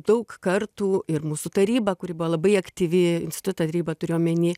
daug kartų ir mūsų taryba kuri buvo labai aktyvi insituto taryba turiu omeny